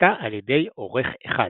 שנעשתה על ידי עורך אחד,